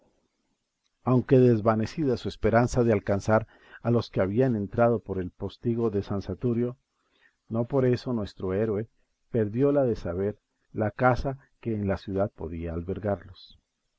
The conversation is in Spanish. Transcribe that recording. aunque desvanecida su esperanza de alcanzar a los que habían entrado por el postigo de san saturio no por eso nuestro héroe perdió la de saber la casa que en la ciudad podía albergarlos